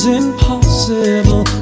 impossible